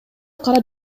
кара